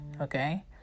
okay